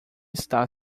está